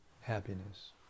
happiness